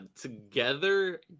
Together